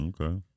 Okay